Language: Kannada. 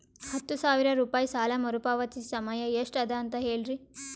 ಹತ್ತು ಸಾವಿರ ರೂಪಾಯಿ ಸಾಲ ಮರುಪಾವತಿ ಸಮಯ ಎಷ್ಟ ಅದ ಅಂತ ಹೇಳರಿ?